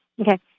Okay